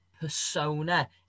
persona